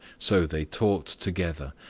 so they talked together,